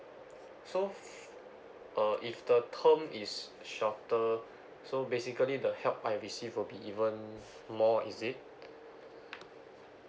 so f~ uh if the term is shorter so basically the help I receive will be even more is it